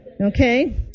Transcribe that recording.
okay